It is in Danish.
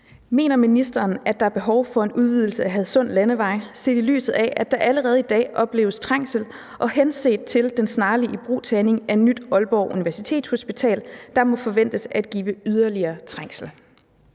Mener ministeren, at der er behov for en udvidelse af Hadsund Landevej, set i lyset af at der allerede i dag opleves trængsel og henset til den snarlige ibrugtagning af Nyt Aalborg Universitetshospital, der må forventes at give yderligere trængsel?